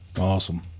Awesome